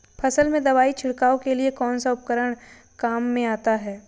फसल में दवाई छिड़काव के लिए कौनसा उपकरण काम में आता है?